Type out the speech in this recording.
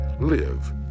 Live